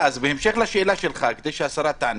בהמשך לשאלה שלך, כדי שהשרה תענה,